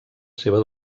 seva